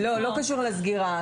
לא, לא קשור לסגירה.